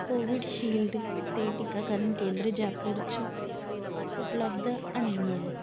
Covishield दे टीकाकरण केंदर जयपुर च उपलब्ध ऐनी ऐ